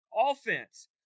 offense